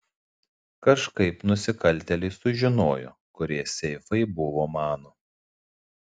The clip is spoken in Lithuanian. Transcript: kažkaip nusikaltėliai sužinojo kurie seifai buvo mano